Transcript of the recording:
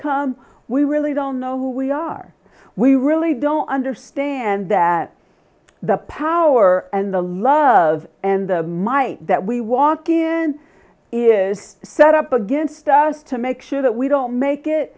come we really don't know who we are we really don't understand that the power and the love and the might that we walk in is set up against us to make sure that we don't make it